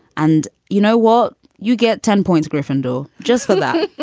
and you know what? you get ten points. griffin, do just follow